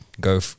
go